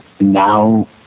now